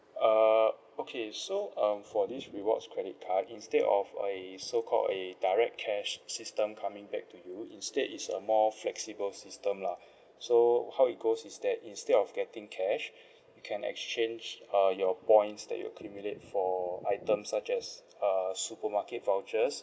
uh okay so um for this rewards credit card instead of a so called a direct cash system coming back to you instead is a more flexible system lah so how it goes is that instead of getting cash can exchange uh your points that you accumulate for item such as uh supermarket vouchers